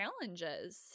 challenges